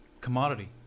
commodity